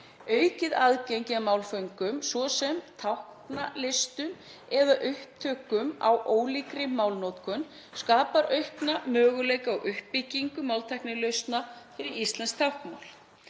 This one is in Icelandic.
Aukið aðgengi að málföngum, svo sem táknalistum eða upptökum á ólíkri málnotkun, skapar aukna möguleika á uppbyggingu máltæknilausna fyrir íslenskt táknmál.